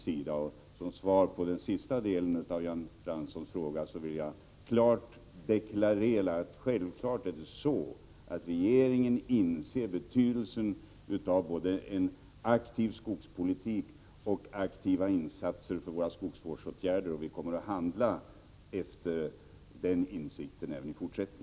Som svar på den sista delen av Jan Franssons fråga vill jag klart deklarera att regeringen självfallet inser betydelsen av både en aktiv skogspolitik och aktiva insatser för skogsvård, och vi kommer att handla efter den insikten även i fortsättningen.